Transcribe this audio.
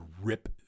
rip